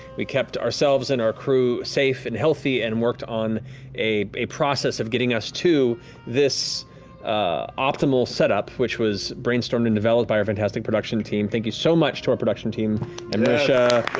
we kept ourselves and our crew safe and healthy and worked on a process of getting us to this optimal setup, which was brainstormed and developed by our fantastic production team. thank you so much to our production team and marisha.